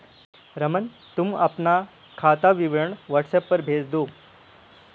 रमन, तुम मुझे अपना खाता विवरण व्हाट्सएप पर भेज दो